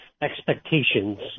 expectations